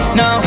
no